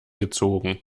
gezogen